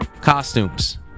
costumes